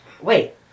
Wait